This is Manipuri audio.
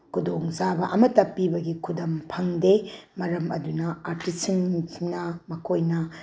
ꯈꯨꯗꯣꯡ ꯆꯥꯕ ꯑꯃꯠꯇ ꯄꯤꯕꯒꯤ ꯈꯨꯗꯝ ꯐꯪꯗꯦ ꯃꯔꯝ ꯑꯗꯨꯅ ꯑꯥꯔꯇꯤꯁꯁꯤꯡꯁꯤꯅ ꯃꯈꯣꯏꯅ